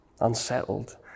unsettled